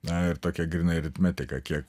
na ir tokia grynai aritmetika kiek